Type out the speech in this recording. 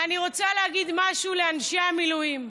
ואני רוצה להגיד משהו לאנשי המילואים: